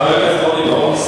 חבר הכנסת רוני בר-און.